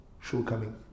shortcoming